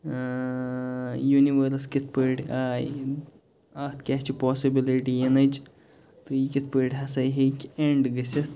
ٲں یونِوٲرٕس کِتھ پٲٹھۍ آیہِ اَتھ کیاہ چھُ پاسِبلِٹی یِنٕچ تہِ یہِ کِتھ پٲٹھۍ ہسا ہیٚکہِ ایٚنٛڈ گٔژِتھ